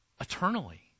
eternally